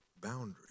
boundary